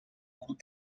long